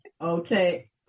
Okay